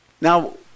Now